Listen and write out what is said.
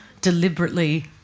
deliberately